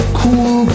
cool